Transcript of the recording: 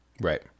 Right